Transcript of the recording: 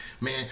man